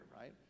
right